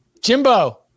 Jimbo